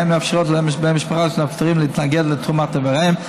והן מאפשרות לבני המשפחה של הנפטרים להתנגד לתרומת איבריהם,